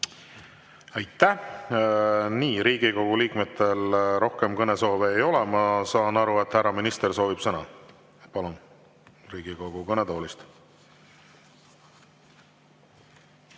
Aitäh! Nii, Riigikogu liikmetel rohkem kõnesoove ei ole. Ma saan aru, et härra minister soovib sõna. Palun! Riigikogu kõnetoolist.